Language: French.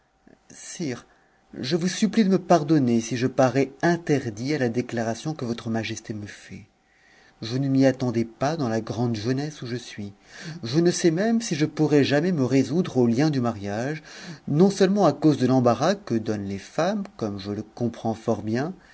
sire je vous supplie de me pardonner si je parais interdit à la déctara'ion que votre majesté me fait je ne m'y attendais pas dans la grande jeunesse où je suis je ne sais même si je pourrai jamais me résoudre au lien du mariage non-seulement à cause de l'embarras que donnent les femmes comme je le comprends fort bien